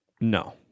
No